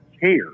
care